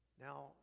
Now